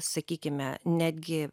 sakykime netgi